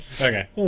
Okay